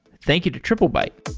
thank you to triplebyte